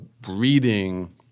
breeding